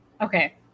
okay